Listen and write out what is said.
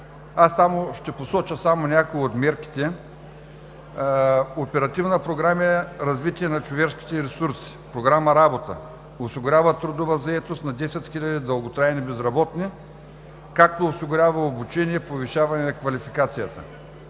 Ще посоча само някои от мерките: Оперативна програма „Развитие на човешките ресурси“, Програма „Работа“ – осигурява трудова заетост на 10 хиляди дълготрайни безработни, както и осигурява обучение, повишаване на квалификацията;